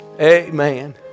Amen